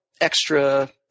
extra